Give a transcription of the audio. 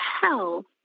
hell